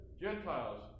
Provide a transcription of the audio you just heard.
Gentiles